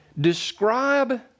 describe